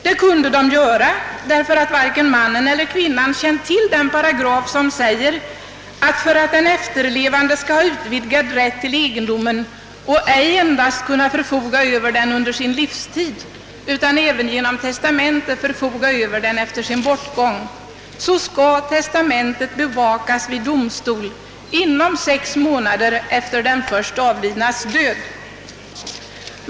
Det kunde de göra därför att varken mannen eller kvinnan hade känt till den lagparagraf som stadgar att om den efterlevande skall ha utvidgad rätt till egendomen — alltså inte endast förfoga över den under sin livstid utan även genom testamente förfoga över tillgångarna efter sin bortgång — skall testamentet bevakas vid domstol inom sex månader efter den först avlidnes död.